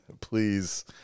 please